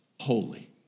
holy